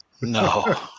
No